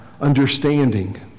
understanding